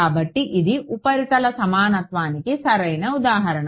కాబట్టి ఇది ఉపరితల సమానత్వానికి సరైన ఉదాహరణ